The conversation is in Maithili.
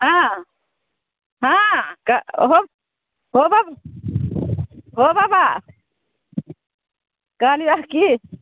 हँ हँ हो कऽ हो ब हो बाबा कहलियौ की